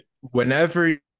whenever